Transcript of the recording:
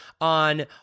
on